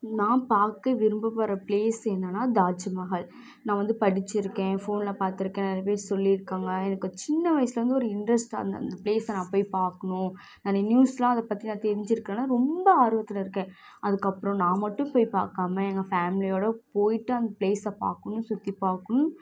நான் பார்க்க விரும்பப்படுற பிளேஸ் என்னென்னா தாஜுமஹால் நான் வந்து படிச்சிருக்கேன் ஃபோன்ல பார்த்துருக்கேன் நிறைய பேர் சொல்லியிருக்காங்க எனக்கு சின்ன வயசிலேருந்து ஒரு இன்ட்ரெஸ்ட் தான் அந்த அந்த பிளேஸ்ஸை நான் போய் பார்க்கணும் நான் நியூஸ்லாம் அதை பற்றி நான் தெரிஞ்சிருக்கிறனால ரொம்ப ஆர்வத்தில் இருக்கேன் அதுக்கப்புறம் நான் மட்டும் போய் பார்க்காம எங்கள் ஃபேமிலியோட போய்ட்டு அந்த பிளேஸ்ஸை பார்க்கணும் சுற்றி பார்க்கணும்